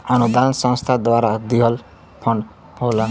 अनुदान संस्था द्वारा दिहल फण्ड होला